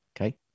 Okay